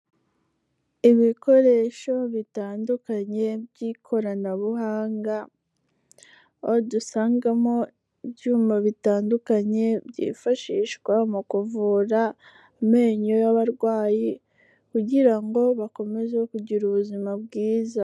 Ibikoresho bitandukanye by'ikoranabuhanga, aho dusangamo ibyuma bitandukanye byifashishwa mu kuvura amenyo y'abarwayi kugira ngo bakomeze kugira ubuzima bwiza.